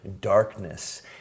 darkness